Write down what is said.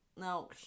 No